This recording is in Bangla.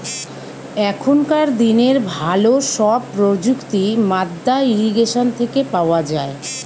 এখনকার দিনের ভালো সব প্রযুক্তি মাদ্দা ইরিগেশন থেকে পাওয়া যায়